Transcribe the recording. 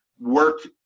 work